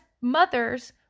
mothers